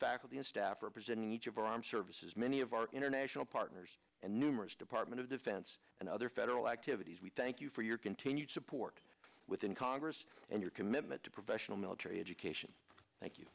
faculty and staff representing each of our armed services many of our international partners and numerous department of defense and other federal activities we thank you for your continued support within congress and your commitment to professional military education thank you